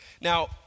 Now